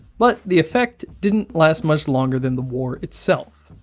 but the effect, didn't last much longer than the war itself.